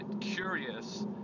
curious